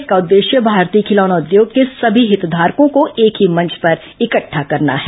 इसका उद्देश्य भारतीय खिलौना उद्योग के सभी हित धारकों को एक ही मंच पर इकट्ठा करना है